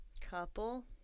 Couple